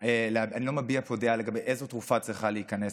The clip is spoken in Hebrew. אני לא מביע פה דעה לגבי איזו תרופה צריכה להיכנס,